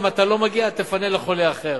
אם אתה לא מגיע תפנה לחולה אחר,